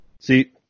See